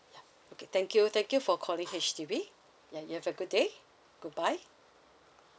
okay thank you thank you for calling H_D_B and you have a good day goodbye